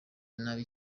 nabi